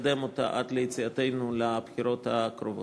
לקדם אותה עד ליציאתנו לבחירות הקרובות.